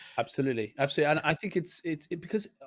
absolutely. absolutely. i think it's it's because.